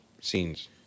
scenes